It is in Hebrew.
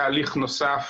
היה הליך נוסף